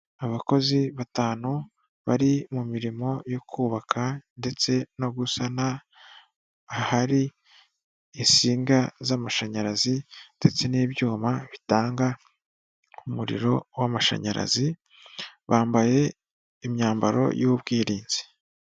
Abakozi batanu bari mu mirimo yo kubaka ndetse no gusana ahari insinga z'amashanyarazi ndetse n'ibyuma bitanga umuriro w'amashanyarazi bambaye imyambaro y'ubwirinzi.